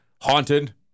haunted